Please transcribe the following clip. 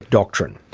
doctrine.